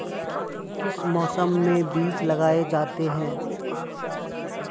किस मौसम में बीज लगाए जाते हैं?